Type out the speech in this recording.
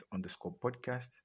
Podcast